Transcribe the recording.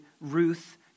Ruth